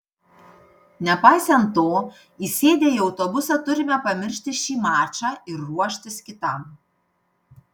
nepaisant to įsėdę į autobusą turime pamiršti šį mačą ir ruoštis kitam